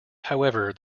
however